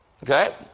Okay